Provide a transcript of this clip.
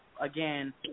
again